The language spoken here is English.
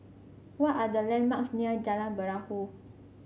what are the landmarks near Jalan Perahu